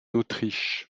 autriche